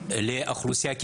לרוב האוכלוסיה,